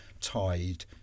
tied